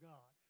God